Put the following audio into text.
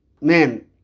man